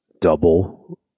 double